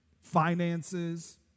finances